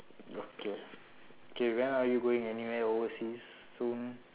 okay okay when are you going anywhere overseas soon